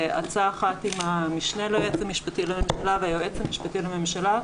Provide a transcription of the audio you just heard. בעצה אחת עם המשנה ליועץ המשפטי לממשלה והיועץ המשפטי לממשלה,